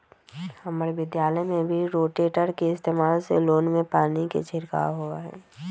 हम्मर विद्यालय में भी रोटेटर के इस्तेमाल से लोन में पानी के छिड़काव होबा हई